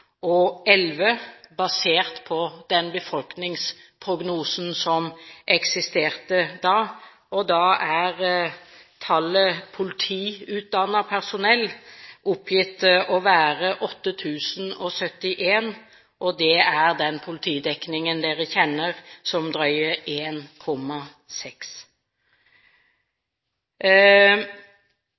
basert på den befolkningsprognosen som eksisterte da. Da er tallet politiutdannet personell oppgitt å være 8 071 – og det er den politidekningen dere kjenner som drøye